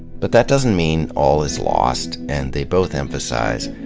but that doesn't mean all is lost and they both emphasize,